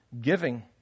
giving